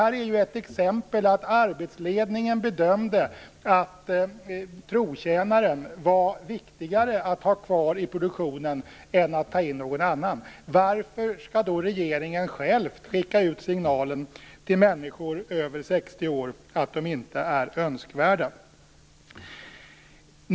Detta är ju ett exempel på att arbetsledningen bedömde att det var viktigare att ha kvar trotjänaren i produktionen än att ta in någon annan. Varför skall då regeringen själv skicka ut signalen till människor över 60 år att de inte är önskvärda?